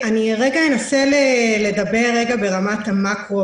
אני אנסה לדבר ברמת המקרו,